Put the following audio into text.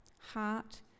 heart